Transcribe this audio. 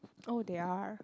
oh they are